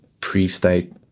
pre-state